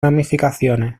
ramificaciones